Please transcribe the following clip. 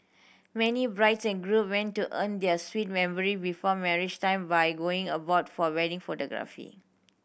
many brides and groom want to earn their sweet memory before marriage time by going abroad for wedding photography